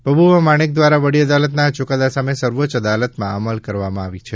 પબુભા માણેક દ્વારા વડી અદાલતના આ ચૂકાદા સામે સર્વોચ્ચ અદાલતમાં અમલ કરવામાં આવી છે